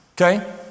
okay